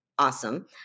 Awesome